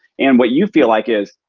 and what you feel like is,